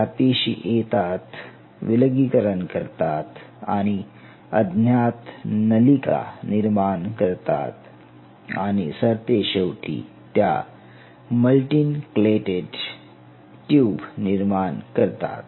या पेशी येतात विलगीकरण करतात आणि अज्ञात नलिका निर्माण करतात आणि सरतेशेवटी त्या मल्टीनक्लेटेड ट्यूब निर्माण करतात